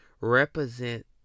represent